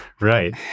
Right